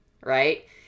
Right